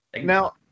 Now